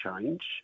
change